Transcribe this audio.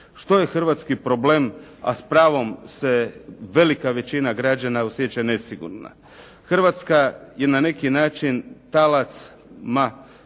Što je hrvatski problem, a s pravom se velika većina građana osjeća nesigurna. Hrvatska je na neki način talac, ma